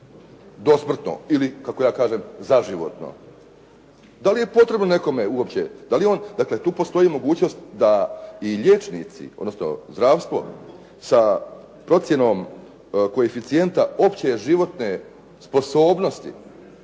dosmrtno ili kako ja kažem, zaživotno. Da li je potrebno nekome uopće? Dakle tu postoji mogućnost da i liječnici odnosno zdravstvo sa procjenom koeficijenta opće životne sposobnosti